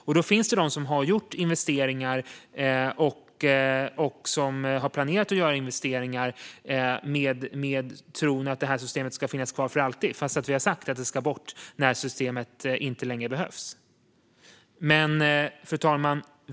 Det finns de som har gjort investeringar och planerat att göra investeringar i tron att systemet ska finnas kvar för alltid, fastän vi har sagt att det ska bort när systemet inte längre behövs. Fru talman!